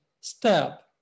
step